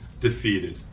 defeated